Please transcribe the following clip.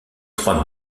trois